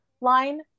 line